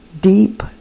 deep